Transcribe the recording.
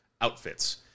outfits